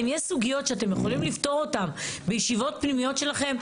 אם יש סוגיות שאתם יכולים לפתור אותם בישיבות פנימיות שלכם,